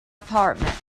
apartment